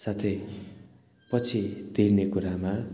साथै पछि तिर्ने कुरामा